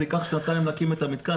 זה ייקח שנתיים להקים את המתקן,